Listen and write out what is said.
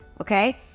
okay